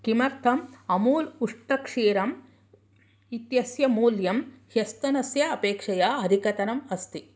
किमर्थं अमूल् उष्ट्रक्षीरम् इत्यस्य मूल्यं ह्यस्तनस्य अपेक्षया अधिकतरम् अस्ति